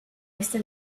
este